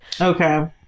okay